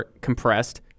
compressed